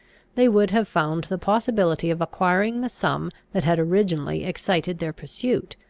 they would have found the possibility of acquiring the sum that had originally excited their pursuit,